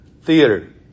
theater